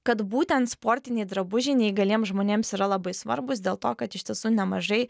kad būten sportiniai drabužiai neįgaliem žmonėms yra labai svarbūs dėl to kad iš tiesų nemažai